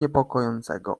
niepokojącego